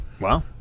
Wow